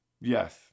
Yes